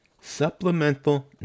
Supplemental